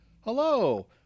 Hello